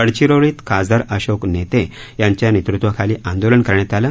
गडचिरोलीत खासदार अशोक नेते यांच्या नेतृत्वाखाली आंदोलन करण्यात आले